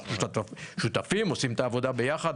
אנחנו שותפים, עושים את העבודה ביחד.